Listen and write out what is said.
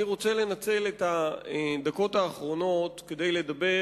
אני רוצה לנצל את הדקות האחרונות כדי לדבר